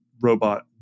robot